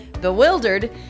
Bewildered